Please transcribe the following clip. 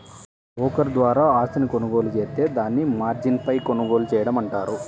broker ద్వారా ఆస్తిని కొనుగోలు జేత్తే దాన్ని మార్జిన్పై కొనుగోలు చేయడం అంటారు